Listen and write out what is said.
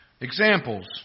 Examples